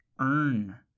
earn